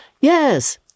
Yes